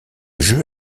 jeu